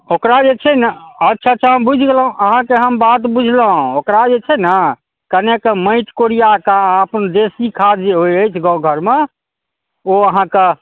ओकरा जे छै ने अच्छा अच्छा हम बुझि गेलहुँ अहाँकेँ हम बात बुझलहुँ ओकरा जे छै ने कनिक माटि कोरिआ कऽ आ अपन देशी खाद जे होइत अछि गाँव घरमे ओ अहाँकऽ